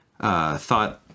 thought